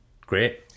great